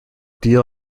deal